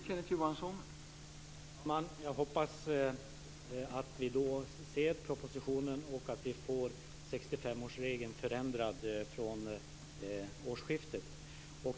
Herr talman! Jag hoppas att vi ska få propositionen till hösten och får en ändring av 65-årsregeln vid årsskiftet.